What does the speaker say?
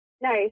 No